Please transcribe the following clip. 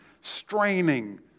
straining